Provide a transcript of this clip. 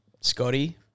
Scotty